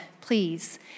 please